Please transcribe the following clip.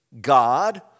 God